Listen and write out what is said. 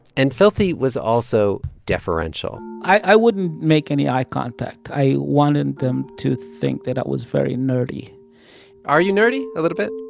and filthy was also deferential i wouldn't make any eye contact. i wanted them to think that i was very nerdy are you nerdy, a little bit?